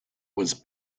was